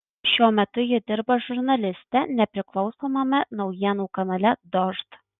šiuo metu ji dirba žurnaliste nepriklausomame naujienų kanale dožd